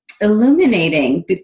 illuminating